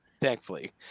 Thankfully